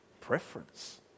preference